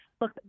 Look